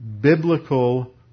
biblical